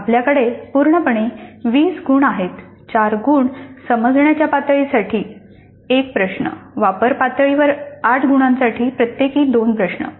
आपल्याकडे पूर्णपणे 20 गुण आहेत 4 गुण समजण्याच्या पातळीसाठी एक प्रश्न वापर पातळीवर 8 गुणांसाठी प्रत्येकी दोन प्रश्न